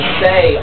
say